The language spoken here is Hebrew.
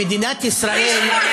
כי מדינת ישראל,